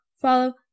follow